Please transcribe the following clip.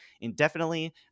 indefinitely